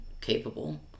capable